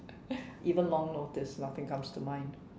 even long notice nothing comes to mind